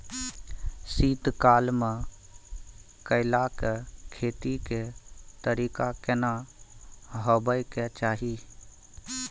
शीत काल म केला के खेती के तरीका केना होबय के चाही?